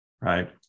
right